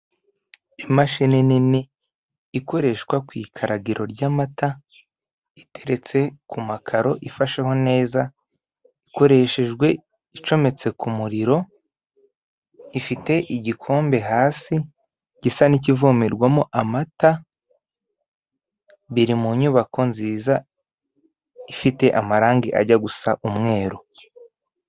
Imashini nini ikoreshwa ku ikaragiro ry'amata, iteretse ku makaro ifasheho neza, ikoreshejwe icometse ku muriro, ifite igikombe hasi, gisa n'ikivomerwamo amata, biri mu nyubako nziza ifite amarangi ajya gusa umweru.